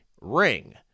Ring